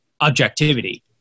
objectivity